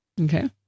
Okay